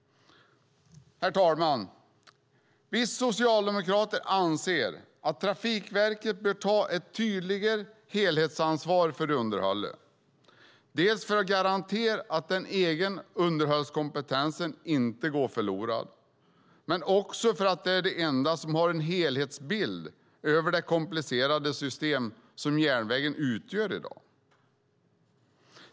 Herr talman! Vi socialdemokrater anser att Trafikverket bör ta ett tydligare helhetsansvar för underhållet, dels för att garantera att den egna underhållskompetensen inte går förlorad, dels för att de är de enda som har en helhetsbild över det komplicerade system som järnvägen utgör i dag.